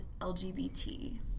lgbt